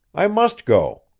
i must go.